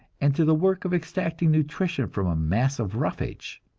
and to the work of extracting nutrition from a mass of roughage.